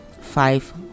five